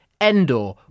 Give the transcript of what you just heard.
Endor